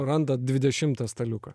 randat dvidešimtą staliuką